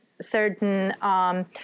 certain